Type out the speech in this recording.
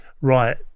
right